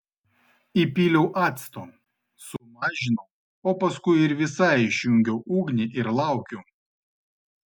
įpyliau acto sumažinau o paskui ir visai išjungiau ugnį ir laukiau